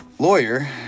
Lawyer